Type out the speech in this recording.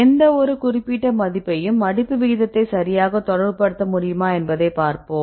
எந்தவொரு குறிப்பிட்ட மதிப்பையும் மடிப்பு விகிதத்தை சரியாக தொடர்புபடுத்த முடியுமா என்பதைப் பார்ப்போம்